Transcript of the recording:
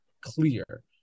clear